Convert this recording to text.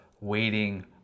waiting